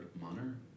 manner